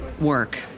work